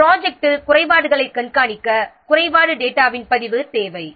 ப்ரொஜெக்ட்டில் குறைபாடுகளைக் கண்காணிக்க குறைபாடு டேட்டாவின் பதிவு தேவை